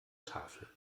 tafel